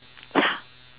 ya